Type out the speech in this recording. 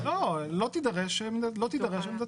לא, לא תידרש עמדתה.